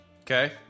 Okay